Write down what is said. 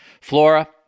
Flora